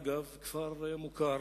אגב כפר מוכר,